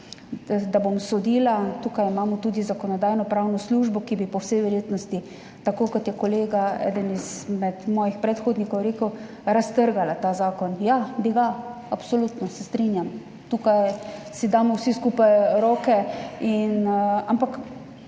da bom sodila, tukaj imamo tudi Zakonodajno-pravno službo, ki bi po vsej verjetnosti, tako kot je kolega, eden izmed mojih predhodnikov, rekel, raztrgala ta zakon. Ja, bi ga, absolutno se strinjam, tukaj si damo vsi skupaj roke, ampak